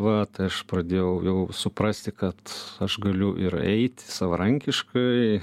va tai aš pradėjau jau suprasti kad aš galiu ir eit savarankiškai